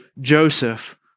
Joseph